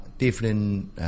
Different